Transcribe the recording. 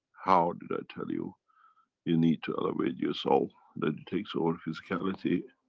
how did i tell you? you need to elevate your soul that it takes over physicality.